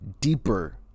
deeper